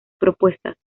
propuestas